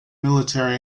military